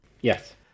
yes